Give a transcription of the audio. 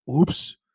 Oops